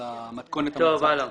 במתכונת המוצעת.